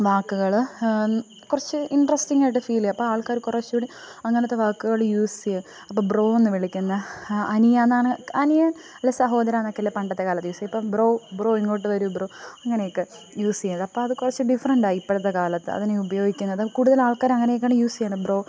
വാക്കുകള് കുറച്ച് ഇന്ട്രസ്റ്റിങ്ങായിട്ട് ഫീല് ചെയ്യും അപ്പോള് ആള്ക്കാര് കുറച്ചുകൂടെ അങ്ങനത്തെ വാക്കുകള് യൂസ് ചെയ്യും അപ്പോള് ബ്രോ എന്ന് വിളിക്കുന്നത് അനിയാന്നാണ് അനിയാ അല്ലെങ്കില് സഹോദരാ എന്നൊക്കെയല്ലേ പണ്ടത്തെ കാലത്ത് യൂസ് ചെയ്യാറ് ഇപ്പം ബ്രോ ബ്രോ ഇങ്ങോട്ട് വരൂ ബ്രോ അങ്ങനെയൊക്കെ യൂസ് ചെയ്ത് അപ്പോള് അത് കുറച്ച് ഡിഫ്രന്ടാണ് ഇപ്പോഴത്തെ കാലത്ത് അതിനെ ഉപയോഗിക്കുന്നത് കൂടുതലാള്ക്കാരങ്ങനെയൊക്കെയാണ് യൂസ് ചെയ്യുന്നത് ബ്രോ